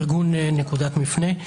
ארגון "נקודת מפנה".